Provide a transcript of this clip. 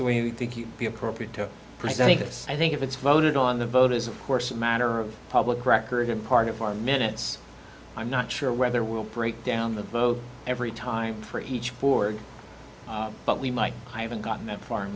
the we think you'd be appropriate to present this i think if it's voted on the vote is of course a matter of public record and part of four minutes i'm not sure whether we'll break down the vote every time for each board but we might i haven't gotten that far in